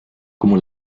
como